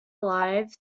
alive